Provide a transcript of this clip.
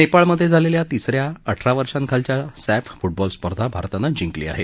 नेपाळमधे झालेल्या तिस या अठरा वर्षांखालच्या सफ्त फुटबॉल स्पर्धा भारतानं जिंकली आहे